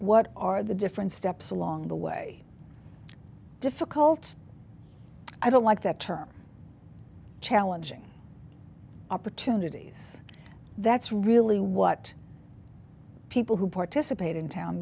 what are the different steps along the way difficult i don't like that term challenging opportunities that's really what people who participate in town